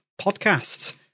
podcast